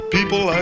People